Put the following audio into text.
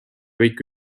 kõik